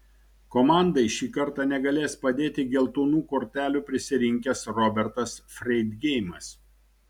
komandai šį kartą negalės padėti geltonų kortelių prisirinkęs robertas freidgeimas